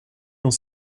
dans